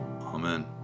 amen